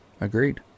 agreed